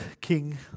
King